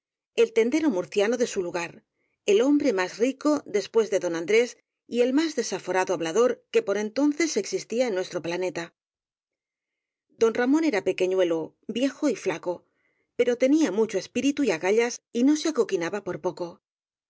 el tendero murciano de su lugar el hombre más rico después de don andrés y el más desaforado hablador que por entonces existía en nuestro pla neta don ramón era pequeñuelo viejo y flaco pero tenía mucho espíritu y agallas y no se acoquinaba por poco